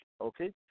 okay